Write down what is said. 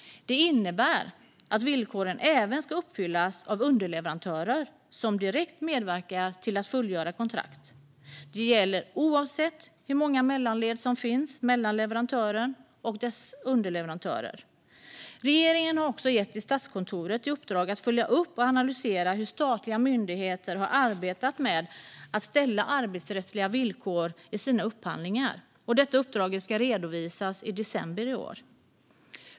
Det innebär att villkoren även ska uppfyllas av underleverantörer som direkt medverkar till att fullgöra kontrakt. Det gäller oavsett hur många mellanled som finns mellan leverantören och dess underleverantörer. Regeringen har också gett Statskontoret i uppdrag att följa upp och analysera hur statliga myndigheter har arbetat med att ställa arbetsrättsliga villkor i sina upphandlingar. Detta uppdrag ska redovisas i december i år.